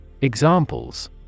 Examples